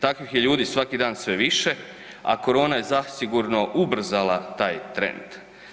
Takvih je ljudi svaki dan sve više, a korona je zasigurno ubrzala taj trend.